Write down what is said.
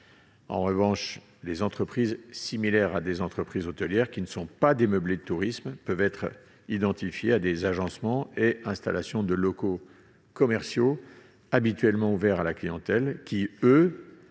En revanche, les entreprises similaires à des entreprises hôtelières qui ne sont pas des meublés de tourisme peuvent être identifiées à des agencements et installations de locaux commerciaux habituellement ouverts à la clientèle, qui, eux,